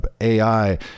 AI